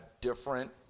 different